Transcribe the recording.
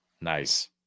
Nice